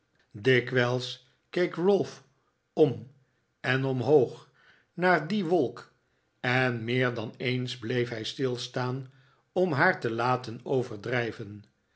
dikwijls keek ralph om en omhopg naar die wolk en meer dan eens bleef hij stilstaan om haar te laten overdrijven